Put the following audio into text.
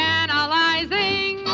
analyzing